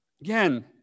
Again